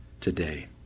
today